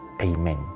Amen